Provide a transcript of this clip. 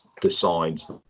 decides